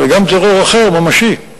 וגם טרור אחר, ממשי.